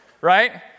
right